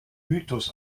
mythos